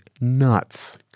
nuts